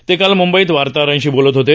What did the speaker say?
ते काल मुंबईत वार्ताहरांशी बोलत होते